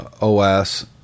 OS